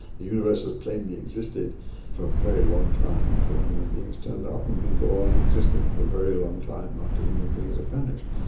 the universe has plainly existed for a very long time, before human beings turned up, and will go on existing for a very long time after human beings have vanished.